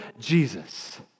Jesus